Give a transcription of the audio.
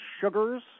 sugars